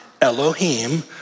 Elohim